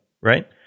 right